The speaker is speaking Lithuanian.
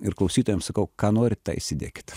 ir klausytojam sakau ką norit tą įsidėkit